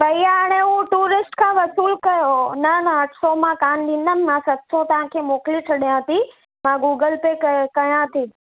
भैया हाणे हू टूरिस्ट खां वसूल कयो न न अठ सौ मां कोन्ह ॾींदमि मां सत सौ तव्हांखे मोकिले छॾियां थी मां गूगल पे क कयां थी